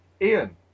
Ian